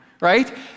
right